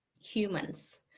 humans